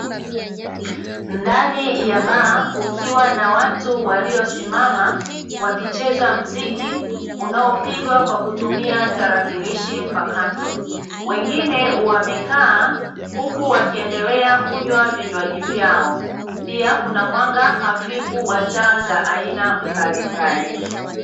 Ndani ya baa kukiwa na watu waliosimama wakicheza muziki unaopigwa kwa kutumia tarakirishi mpakato, wengine wamekaa huku wakiendelea kunywa vinywaji vyao, pia kuna mwanga hafifu wa taa za aina mbalimbali.